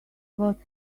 got